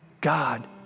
God